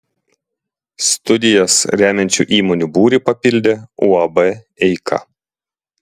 studijas remiančių įmonių būrį papildė uab eika